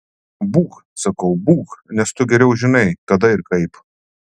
būk sakau būk nes tu geriau žinai kada ir kaip